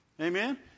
Amen